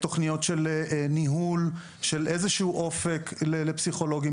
תוכניות של ניהול, של איזשהו אופק לפסיכולוגים.